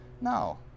No